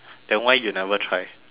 then why you never try